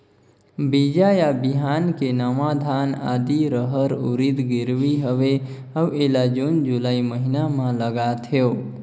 बीजा या बिहान के नवा धान, आदी, रहर, उरीद गिरवी हवे अउ एला जून जुलाई महीना म लगाथेव?